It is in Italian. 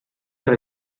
tra